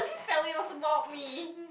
felt it was about me